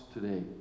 today